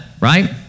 right